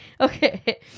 Okay